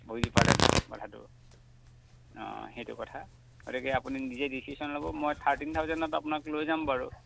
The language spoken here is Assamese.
বুজি পালে নাই কথাটো সেইটো কথা গতিকে আপুনি নিজে ডিচিশ্যন ল'ব মই থাৰ্টিন থাউচেণ্ডত আপোনাক লৈ যাম বাৰু